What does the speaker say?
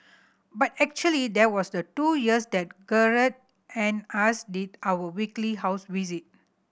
but actually there was the two years that Gerald and us did our weekly house visit